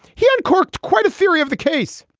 he uncorked quite a theory of the case